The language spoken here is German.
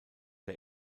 der